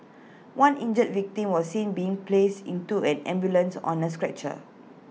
one injured victim was seen being placed into an ambulance on A stretcher